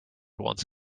once